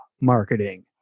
marketing